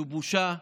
זו בושה.